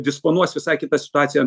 disponuos visai kita situacija